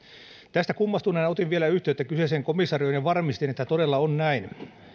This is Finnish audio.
tästä kummastuneena otin vielä yhteyttä kyseiseen komisarioon ja varmistin että todella on näin